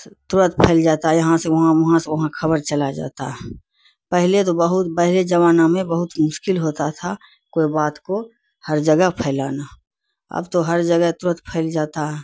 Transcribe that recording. ترنت پھیل جاتا ہے یہاں سے وہاں وہاں سے وہاں خبر چلا جاتا ہے پہلے تو بہت پہلے زمانہ میں بہت مشکل ہوتا تھا کوئی بات کو ہر جگہ پھیلانا اب تو ہر جگہ ترنت پھیل جاتا ہے